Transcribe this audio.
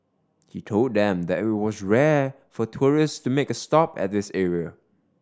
he told them that it was rare for tourist to make a stop at this area